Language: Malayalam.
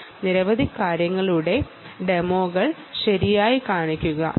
നിരവധി കാര്യങ്ങളുടെ ഡെമോകൾ ശരിയായി കാണിക്കാൻ കഴിഞ്ഞു